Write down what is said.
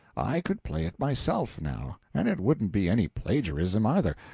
i could play it myself, now, and it wouldn't be any plagiarism, either,